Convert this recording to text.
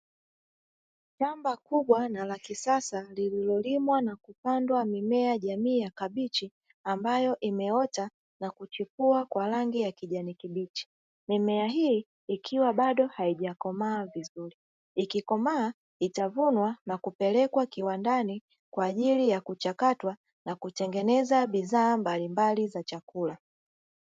Shamba kubwa la kisasa lililolimwa na kupandwa mimea jamii ya kabichi ambayo imeota na kuchukua kwa rangi ya kijani kibichi. Mimea hii ikiwa bado haijakomaa vizuri. Ikikomaa, itavunwa na kupelekwa kiwandani kwa ajili ya kuchakatwa na kutengeneza bidhaa mbalimbali za chakula.